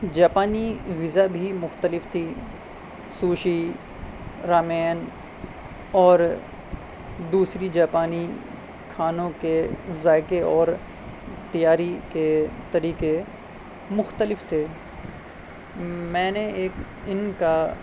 جاپانی ویزا بھی مختلف تھی سوشی رامین اور دوسری جاپانی کھانوں کے ذائقے اور تیاری کے طریقے مختلف تھے میں نے ایک ان کا